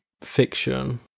fiction